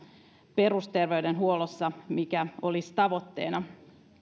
perusterveydenhuollossa mikä olisi tavoitteena